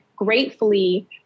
gratefully